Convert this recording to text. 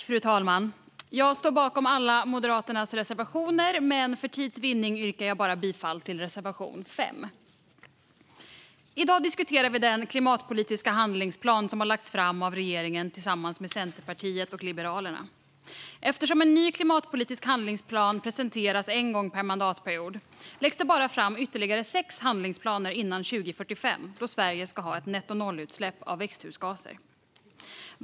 Fru talman! Jag står bakom alla Moderaternas reservationer, men för att vinna tid yrkar jag bifall endast till reservation 5. I dag diskuterar vi den klimatpolitiska handlingsplan som har lagts fram av regeringen tillsammans med Centerpartiet och Liberalerna. Eftersom en ny klimatpolitisk handlingsplan presenteras en gång per mandatperiod läggs det bara fram ytterligare sex handlingsplaner före 2045, då Sverige ska ha nettonollutsläpp av växthusgaser.